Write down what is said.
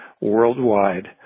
worldwide